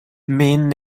mean